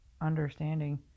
understanding